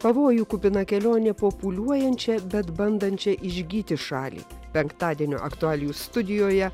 pavojų kupina kelionė po pūliuojančią bet bandančią išgyti šalį penktadienio aktualijų studijoje